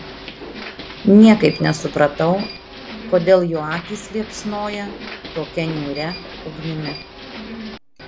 niekaip nesupratau kodėl jo akys liepsnoja tokia niūria ugnimi